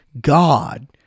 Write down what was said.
God